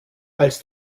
als